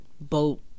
boat